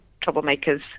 troublemakers